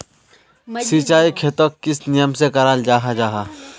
सिंचाई खेतोक किस नियम से कराल जाहा जाहा?